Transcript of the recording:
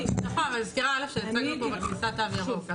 נכון, אבל אני מזכירה שהצגנו בכניסה תו ירוק.